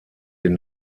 den